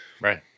Right